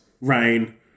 rain